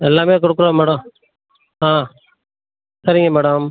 எல்லாமே கொடுக்குறோம் மேடம் ஆ சரிங்க மேடம்